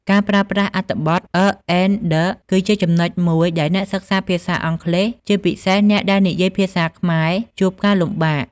ការប្រើប្រាស់អត្ថបទ a an the គឺជាចំណុចមួយដែលអ្នកសិក្សាភាសាអង់គ្លេស ជាពិសេសអ្នកដែលនិយាយភាសាខ្មែរជួបការលំបាក។